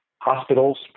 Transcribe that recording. Hospitals